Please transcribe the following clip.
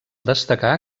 destacar